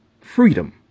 freedom